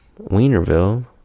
wienerville